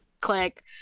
Click